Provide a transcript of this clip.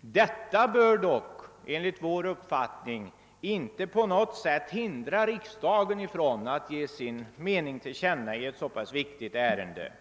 men att detia inte på något sätt bör hindra riksdagen från att ge sin mening till känna i ett så viktigt ärende.